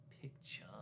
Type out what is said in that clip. picture